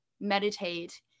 meditate